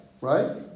right